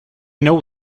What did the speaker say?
know